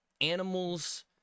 animals